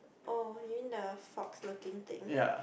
oh you mean the fox looking thing